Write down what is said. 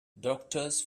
doctors